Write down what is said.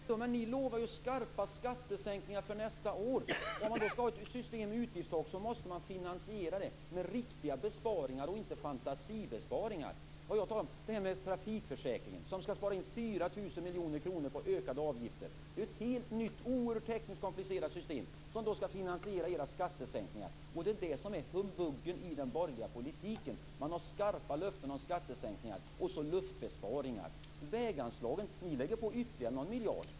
Fru talman! Ni lovar ju skarpa skattesänkningar för nästa år. När vi nu skall ha ett system med utgiftstak måste man finansiera detta med riktiga besparingar och inte fantasibesparingar. Det här med trafikförsäkringen som skall spara in 4 000 miljoner kronor på ökade avgifter - det är ett helt nytt, oerhört tekniskt komplicerat, system som skall finansiera era skattesänkningar. Det är det som är humbugen i den borgerliga politiken. Man har skarpa löften och skattesänkningar, och så har man luftbesparingar. Väganslagen: Ni lägger på ytterligare någon miljard.